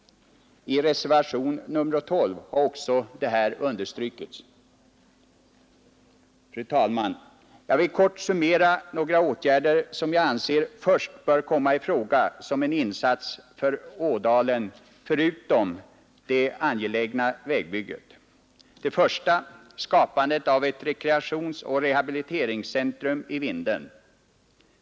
I reservationen 12 har också detta understrukits. Fru talman! Jag vill kort summera några åtgärder som jag anser först bör komma i fråga som en insats för Ådalen förutom det angelägna vägbygget. För det första är det skapandet av ett rekreationsoch rehabiliteringscentrum i Vindeln.